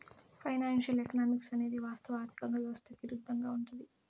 financial economics అనేది వాస్తవ ఆర్థిక వ్యవస్థకి ఇరుద్దంగా ఉంటది